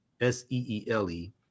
s-e-e-l-e